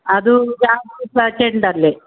ಅದು ಜಾಜಿ ಸಹ ಚೆಂಡಲ್ಲಿ